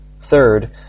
Third